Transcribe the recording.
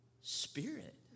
spirit